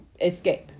escape